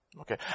okay